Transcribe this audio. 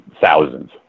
Thousands